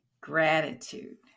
Gratitude